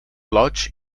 lodge